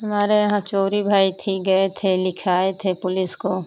हमारे यहाँ चोरी भाई थी गए थे लिखाए थे पुलिस को